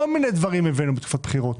כל מיני דברים הבאנו בתקופת בחירות.